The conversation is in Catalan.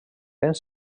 fent